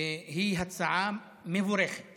היא הצעה מבורכת